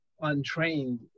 untrained